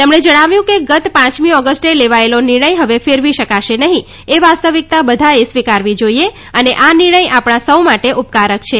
તેમણે જણાવ્યું કે ગત પાંચમી ઓગસ્ટે લેવાયેલો નિર્ણય હવે ફેરવી શકાશે નહીં એ વાસ્તવિકતા બધાએ સ્વિકારવી જોઈએ અને આ નિર્ણય આપણા સો માટે ઉપકારક છે